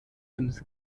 den